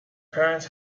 parents